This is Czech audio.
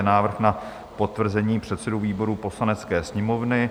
Návrh na potvrzení předsedů výborů Poslanecké sněmovny